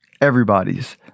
everybody's